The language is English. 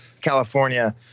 California